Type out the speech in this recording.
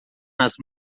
nas